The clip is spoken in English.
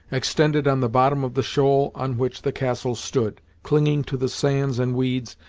extended on the bottom of the shoal on which the castle stood, clinging to the sands and weeds,